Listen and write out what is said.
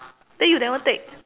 then you never take